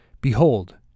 Behold